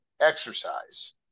exercise